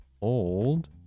old